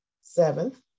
Seventh